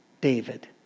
david